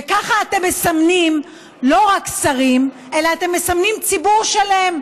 וככה אתם מסמנים לא רק שרים אלא אתם מסמנים ציבור שלם.